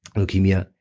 leukemia,